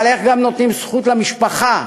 אבל איך נותנים זכות גם למשפחה,